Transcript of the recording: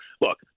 look